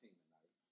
tonight